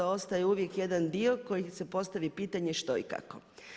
Ostaje uvijek jedan dio koji se postavi pitanje što i kako.